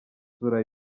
isura